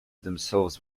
themselves